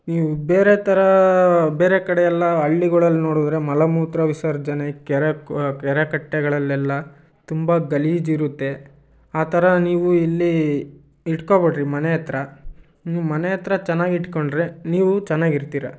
ನೀವು ಬೇರೆ ಥರ ಬೇರೆ ಕಡೆ ಎಲ್ಲ ಹಳ್ಳಿಗುಳಲ್ ನೋಡಿದ್ರೆ ಮಲ ಮೂತ್ರ ವಿಸರ್ಜನೆ ಕೆರೆ ಕ್ ಕೆರೆ ಕಟ್ಟೆಗಳಲ್ಲೆಲ್ಲ ತುಂಬ ಗಲೀಜು ಇರುತ್ತೆ ಆ ಥರ ನೀವು ಇಲ್ಲಿ ಇಟ್ಕೋಬೇಡ್ರಿ ಮನೆ ಹತ್ರ ನೀವು ಮನೆ ಹತ್ರ ಚೆನ್ನಾಗಿ ಇಟ್ಟುಕೊಂಡ್ರೆ ನೀವೂ ಚೆನ್ನಾಗಿರ್ತೀರ